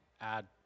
add